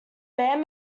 band